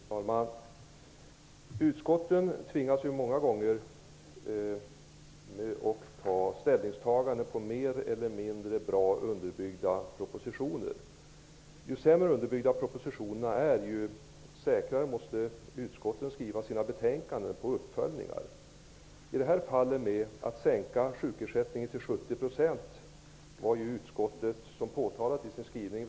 Herr talman! Utskotten tvingas många gånger att ta ställning till mer eller mindre bra underbyggda propositioner. Ju sämre underbyggda propositionerna är, desto säkrare måste utskotten vara när de skriver sina betänkanden och gör sina uppföljningar. När det gällde att sänka sjukersättningen till 70 % var ju utskottet väldigt osäkert i sin skrivning.